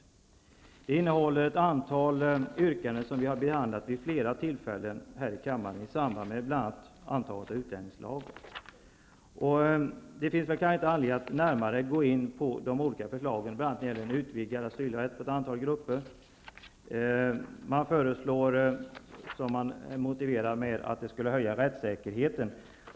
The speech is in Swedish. Meningsyttringen innehåller ett antal yrkanden som vid flera tillfällen har behandlats här i kammaren i samband med bl.a. antagandet av utlänningslagen. Det finns kanske inte någon anledning att närmare gå in på de olika förslagen när det gäller bl.a. utvidgad asylrätt åt ett antal grupper. Man motiverar det med att en sådan skulle höja rättssäkerheten.